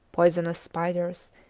poisonous spiders,